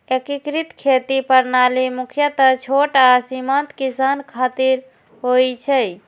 एकीकृत खेती प्रणाली मुख्यतः छोट आ सीमांत किसान खातिर होइ छै